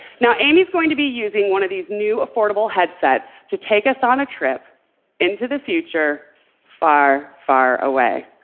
now, amy's going to be using one of these new affordable headsets to take us on a trip into the future far, far away.